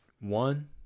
one